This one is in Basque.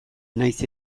nahiz